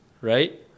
right